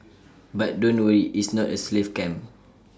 but don't worry its not A slave camp